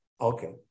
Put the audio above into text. Okay